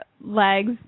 legs